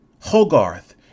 Hogarth